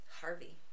Harvey